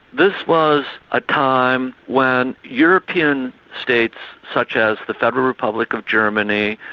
this was a time when european states such as the federal republic of germany,